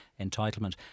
entitlement